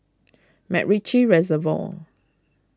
MacRitchie Reservoir